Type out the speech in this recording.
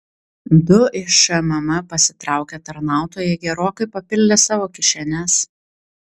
du iš šmm pasitraukę tarnautojai gerokai papildė savo kišenes